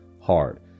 hard